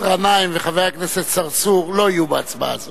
חבר הכנסת גנאים וחבר הכנסת צרצור לא יהיו בהצבעה הזאת.